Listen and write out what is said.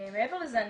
מעבר לזה,